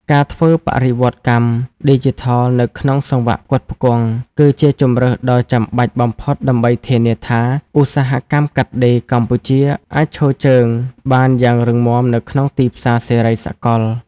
ការធ្វើបរិវត្តកម្មឌីជីថលនៅក្នុងសង្វាក់ផ្គត់ផ្គង់ គឺជាជម្រើសដ៏ចាំបាច់បំផុតដើម្បីធានាថា ឧស្សាហកម្មកាត់ដេរកម្ពុជាអាចឈរជើងបានយ៉ាងរឹងមាំនៅក្នុងទីផ្សារសេរីសកល។